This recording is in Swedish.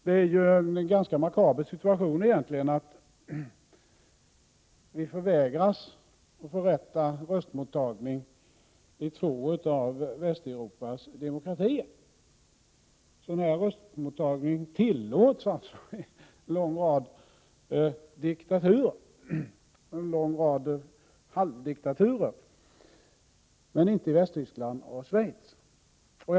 Det är en ganska makaber situation att vi förvägras att förrätta röstmottagning i två av Västeuropas demokratier. Sådan röstmottagning tillåts alltså i en lång rad diktaturer och halvdiktaturer, men inte i Västtyskland och Schweiz.